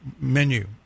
menu